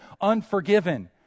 unforgiven